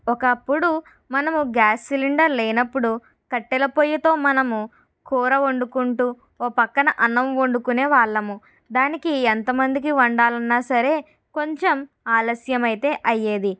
ఒకప్పుడు మనము gas cylinder లేనప్పుడు కట్టెల పొయ్యితో మనము కూర వండుకుంటూ ఓ పక్కన అన్నం వండుకునే వాళ్ళము దానికి ఎంతమందికి వండాలన్నా సరే కొంచెం ఆలస్యం అయితే అయ్యేది